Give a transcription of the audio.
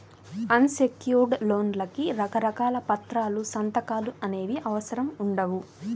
అన్ secured లోన్లకి రకరకాల పత్రాలు, సంతకాలు అనేవి అవసరం ఉండవు